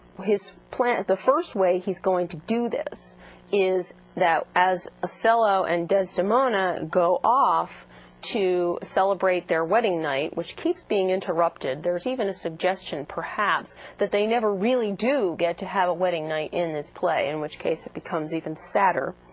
his planet the first way he's going to do this is that as othello and desdemona go off to celebrate their wedding night which keeps being interrupted there's even a suggestion perhaps that they never really do get to have a wedding night in this play in which case it becomes even sadder